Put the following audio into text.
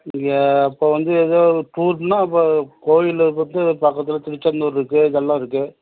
இங்கே இப்போ வந்து எதாது ஒரு டூர்ன்னால் அப்போ கோவில்லு வந்து பக்கத்தில் திருச்செந்தூர் இருக்குது இதெல்லாம் இருக்குது